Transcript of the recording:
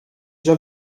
già